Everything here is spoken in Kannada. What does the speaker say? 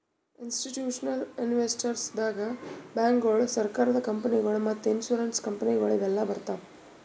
ಇಸ್ಟಿಟ್ಯೂಷನಲ್ ಇನ್ವೆಸ್ಟರ್ಸ್ ದಾಗ್ ಬ್ಯಾಂಕ್ಗೋಳು, ಸರಕಾರದ ಕಂಪನಿಗೊಳು ಮತ್ತ್ ಇನ್ಸೂರೆನ್ಸ್ ಕಂಪನಿಗೊಳು ಇವೆಲ್ಲಾ ಬರ್ತವ್